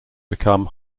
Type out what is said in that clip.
become